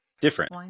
Different